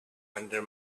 under